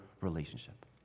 relationship